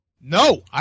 No